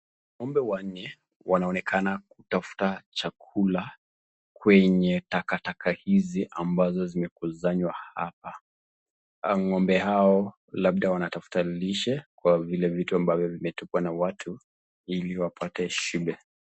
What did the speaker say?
Ng'ombe wanne wanaonekana kutafuta chakula kwenye takataka hizi ambazo zimekuzanywa hapa. Ng'ombe hao labda wanatafuta lishe kwa vile vitu ambazo zimetupwa na watu ili wapate shibe.